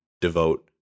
devote